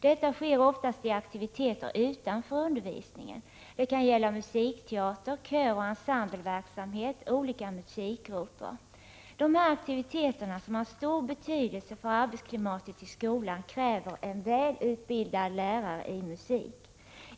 Detta sker oftast i aktiviteter utanför undervisningen. Det kan gälla musikteater, köroch ensembleverksamhet, olika musikgrupper etc. De här aktiviteterna, som har stor betydelse för arbetsklimatet i skolan, kräver en välutbildad lärare i musik.